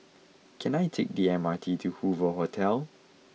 can I take the M R T to Hoover Hotel